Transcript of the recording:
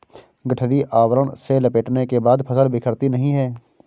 गठरी आवरण से लपेटने के बाद फसल बिखरती नहीं है